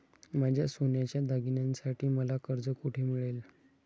माझ्या सोन्याच्या दागिन्यांसाठी मला कर्ज कुठे मिळेल?